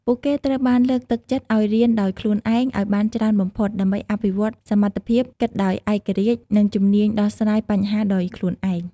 ពួកគេត្រូវបានលើកទឹកចិត្តឲ្យរៀនដោយខ្លួនឯងឲ្យបានច្រើនបំផុត ដើម្បីអភិវឌ្ឍសមត្ថភាពគិតដោយឯករាជ្យ និងជំនាញដោះស្រាយបញ្ហាដោយខ្លួនឯង។